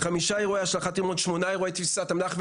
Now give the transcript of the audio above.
חמישה אירועי השלכת רימון ושמונה אירועי תפיסת אמל״ח.